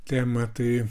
tema tai